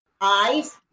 Eyes